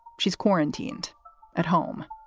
she's quarantined at home.